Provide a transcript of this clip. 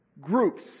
groups